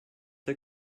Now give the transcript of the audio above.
der